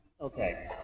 Okay